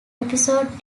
episode